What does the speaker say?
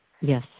Yes